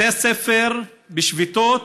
בתי הספר בשביתות,